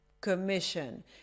commission